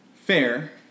fair